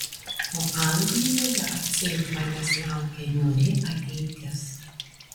o anglijoje atseit manęs laukia niūri ateitis